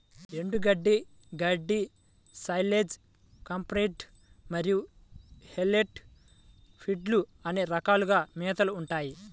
ఎండుగడ్డి, గడ్డి, silage, compressed మరియు పెల్లెట్ ఫీడ్లు అనే రకాలుగా మేతలు ఉంటాయి